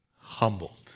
Humbled